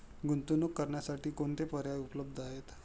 गुंतवणूक करण्यासाठी कोणते पर्याय उपलब्ध आहेत?